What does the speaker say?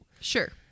Sure